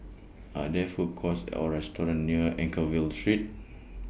Are There Food Courts Or restaurants near Anchorvale Street